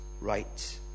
right